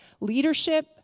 leadership